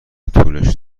طولش